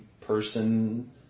person